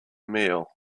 meal